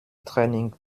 training